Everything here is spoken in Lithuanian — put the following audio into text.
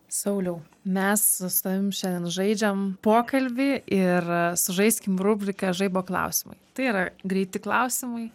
sauliau mes su tavimi šiandien žaidžiam pokalbį ir sužaiskim rubriką žaibo klausimai tai yra greiti klausimai